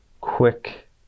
quick